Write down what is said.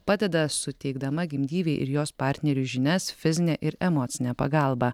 padeda suteikdama gimdyvei ir jos partneriui žinias fizinę ir emocinę pagalbą